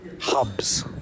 hubs